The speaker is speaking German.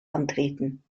antreten